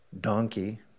donkey